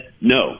no